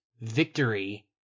victory